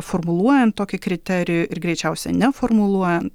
formuluojant tokį kriterijų ir greičiausiai neformuluojant